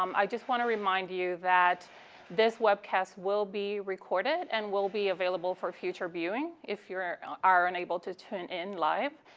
um i just want to remind you that this webcast will be recorded and will be available for future viewing if you are are unable to tune in live.